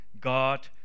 God